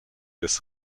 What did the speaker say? des